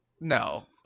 no